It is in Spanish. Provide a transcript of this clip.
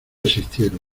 existieron